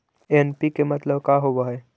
NPK मतलब का होव हइ?